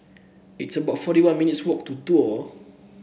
it's about forty one minutes' walk to Duo